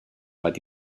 but